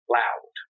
loud